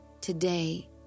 Today